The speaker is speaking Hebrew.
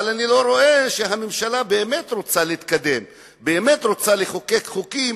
אבל אני לא רואה שהממשלה באמת רוצה להתקדם ובאמת רוצה לחוקק חוקים.